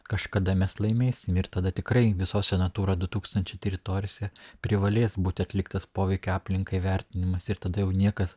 kažkada mes laimėsim ir tada tikrai visose natūra du tūkstančiai teritorijoje privalės būti atliktas poveikio aplinkai vertinimas ir tada jau niekas